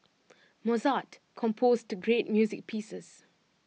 Mozart composed great music pieces